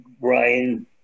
Brian